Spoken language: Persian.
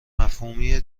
مفهومی